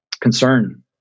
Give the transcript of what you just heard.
concern